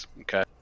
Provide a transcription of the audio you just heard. Okay